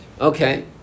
Okay